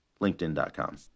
LinkedIn.com